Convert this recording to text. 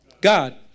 God